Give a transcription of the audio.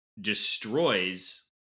destroys